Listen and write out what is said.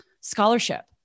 scholarship